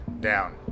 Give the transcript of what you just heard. down